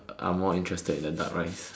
I'm more interested in the duck rice